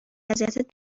اذیتت